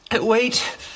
Wait